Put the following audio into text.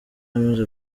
amaze